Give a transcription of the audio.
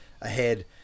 ahead